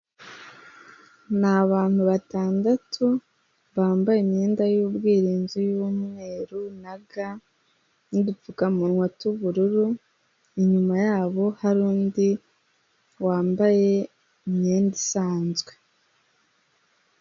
Ni abantu batandatu bambaye imyenda y'ubwirinzi y'umweru na ga n'udupfukamunwa tw'ubururu, inyuma yabo hari undi wambaye imyenda isanzwe.